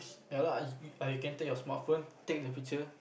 ya lah you can take the smartphone take the picture